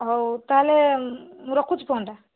ହଉ ତାହେଲେ ମୁଁ ରଖୁଛି ଫୋନଟା